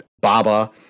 Baba